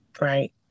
Right